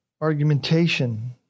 argumentation